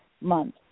month